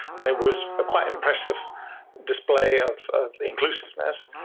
and it was a quite impressive display of of inclusiveness.